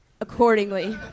accordingly